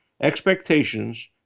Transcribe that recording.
expectations